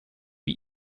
wie